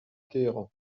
téhéran